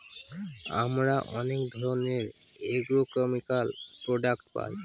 আমরা অনেক ধরনের এগ্রোকেমিকাল প্রডাক্ট পায়